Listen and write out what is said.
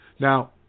Now